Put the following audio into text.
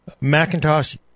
Macintosh